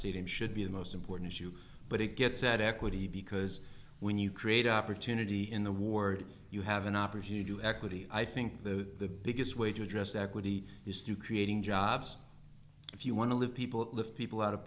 stadium should be the most important issue but it gets at equity because when you create opportunity in the ward you have an opportunity to equity i think the biggest way to address equity is to creating jobs if you want to live people lift people out of